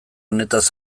honetaz